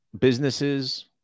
businesses